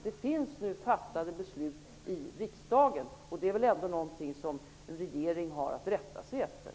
Det finns nu beslut som har fattats i riksdagen, och det är väl ändå något som en regering har att rätta sig efter?